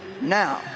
Now